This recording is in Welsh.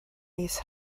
mis